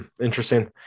Interesting